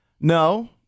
No